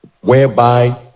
whereby